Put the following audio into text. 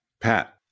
Pat